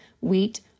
wheat